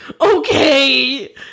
okay